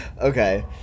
Okay